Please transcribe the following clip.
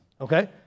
okay